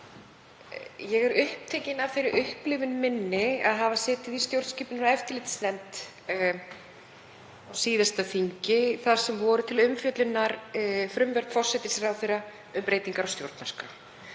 ég er upptekin af þeirri upplifun minni að hafa setið í stjórnskipunar- og eftirlitsnefnd á síðasta þingi þar sem var til umfjöllunar frumvarp forsætisráðherra um breytingar á stjórnarskrá.